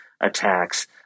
attacks